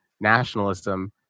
nationalism